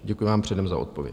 Děkuji vám předen za odpověď.